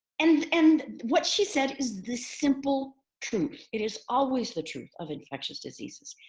and and what she said is this simple truth. it is always the truth of infectious diseases.